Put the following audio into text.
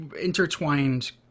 intertwined